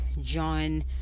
John